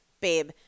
babe